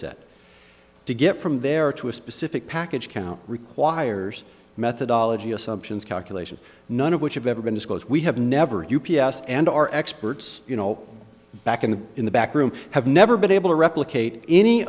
set to get from there to a specific package account requires methodology assumptions calculation none of which have ever been disclosed we have never u p s and our experts you know back in the in the back room have never been able to replicate any